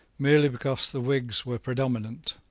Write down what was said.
merely because the whigs were predominant,